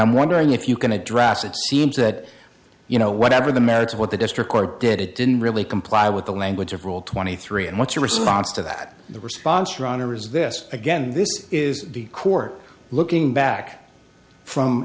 i'm wondering if you can address it seems that you know whatever the merits of what the district court did it didn't really comply with the language of rule twenty three and what's your response to that the response ron or is this again this is the core looking back from